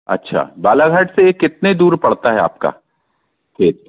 अच्छा बालाघाट से ये कितने दूर पड़ता है आपका खेत